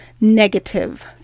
negative